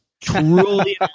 truly